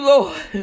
Lord